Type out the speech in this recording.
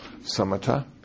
Samatha